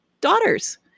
daughters